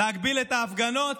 להגביל את ההפגנות,